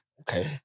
okay